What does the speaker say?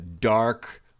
dark